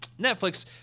Netflix